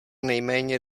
nejméně